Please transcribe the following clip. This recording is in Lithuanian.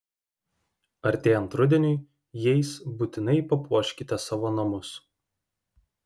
artėjant rudeniui jais būtinai papuoškite savo namus